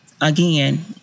Again